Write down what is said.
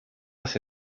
las